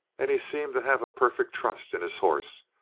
and he seemed to have a perfect trust in his horse,